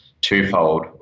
twofold